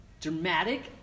dramatic